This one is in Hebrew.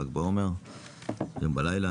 ל"ג בעומר היום בלילה.